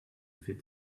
fit